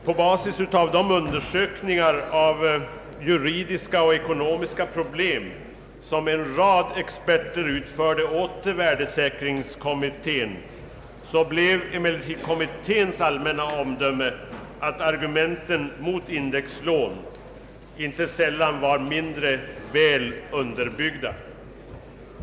På basis av de undersökningar av juridiska och ekonomiska problem, som en rad experter utförde åt värdesäkringskommittén, blev emellertid kommitténs allmänna omdöme att argumenten mot indexlån inte sällan var mindre väl underbyggda.